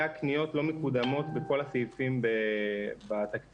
--- הקניות לא מקודמות בכל הסעיפים בתקציב.